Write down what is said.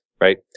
right